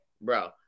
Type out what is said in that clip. bro